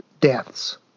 deaths